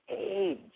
age